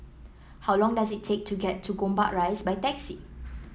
how long does it take to get to Gombak Rise by taxi